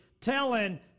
telling